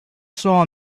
saw